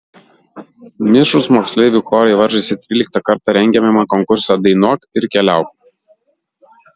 mišrūs moksleivių chorai varžėsi tryliktą kartą rengiamame konkurse dainuok ir keliauk